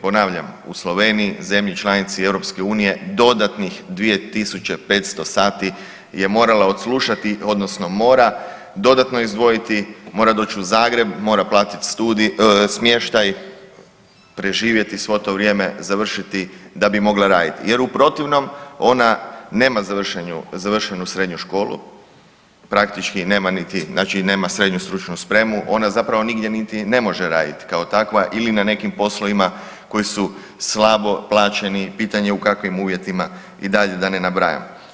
Ponavljam, u Sloveniji zemlji članici EU dodatnih 2500 sati je morala odslušati odnosno mora dodatno izdvojiti, mora doć u Zagreb, mora platiti smještaj, preživjeti svo to vrijeme završiti da bi mogla raditi jer u protivnom ona nema završenu srednju školu, praktički nema niti SSS onda zapravo nigdje niti ne može raditi kao takva ili na nekim poslovima koji su slabo plaćeni, pitanje u kakvim uvjetima i dalje da ne nabrajam.